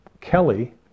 Kelly